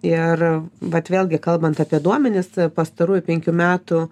ir vat vėlgi kalbant apie duomenis pastarųjų penkių metų